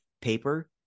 paper